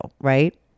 Right